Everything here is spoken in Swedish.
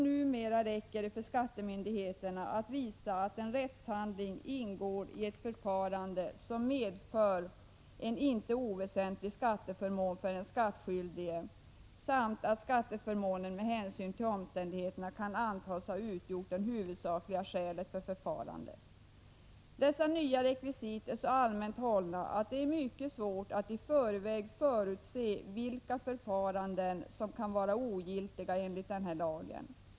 Numera räcker det för skattemyndigheterna att visa att en rättshandling ingår i ett förfarande som medför en inte oväsentlig skatteförmån för den skattskyldige samt att skatteförmånen med hänsyn till omständigheterna kan antas ha utgjort det huvudsakliga skälet för förfarandet. Dessa nya rekvisit är så allmänt hållna att det är mycket svårt att i förväg förutse vilka förfaranden som kan vara ogiltiga enligt denna lag.